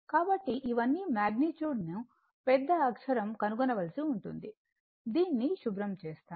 కాబట్టి ఇవన్నీ మాగ్నిట్యూడ్ను పెద్ద అక్షరం కనుగొనవలసి ఉంటుంది దీన్ని శుభ్రం చేస్తాను